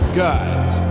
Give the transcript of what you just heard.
guys